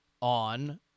on